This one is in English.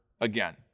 again